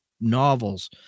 novels